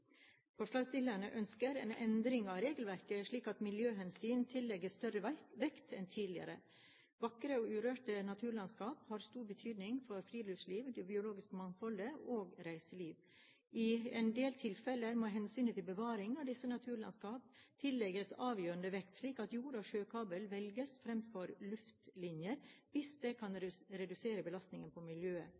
Forslagsstillerne ønsker en endring av regelverket, slik at miljøhensyn tillegges større vekt enn tidligere. Vakre og urørte naturlandskap har stor betydning for friluftslivet, det biologiske mangfoldet og for reiselivet. I en del tilfeller må hensynet til bevaring av disse naturlandskapene tillegges avgjørende vekt, slik at jord- og sjøkabel velges fremfor luftlinjer hvis det kan redusere belastningen på miljøet.